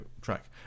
track